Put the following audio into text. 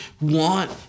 want